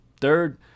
Third